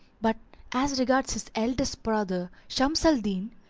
but as regards his eldest brother, shams al-din,